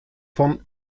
von